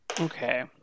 Okay